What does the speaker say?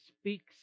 speaks